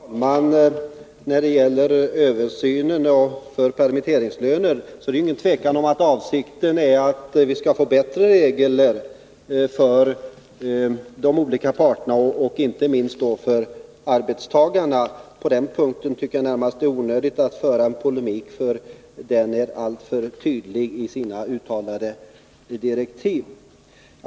Fru talman! När det gäller översyn av frågan om permitteringslön är det ingen tvekan om att avsikten är att vi skall få bättre regler för de olika parterna, inte minst för arbetstagarna. På den punkten är det närmast onödigt att föra en polemik, eftersom direktiven är alldeles tydliga.